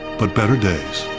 but better days